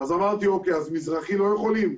אמרתי, אוקיי, אז מזרחי לא יכולים?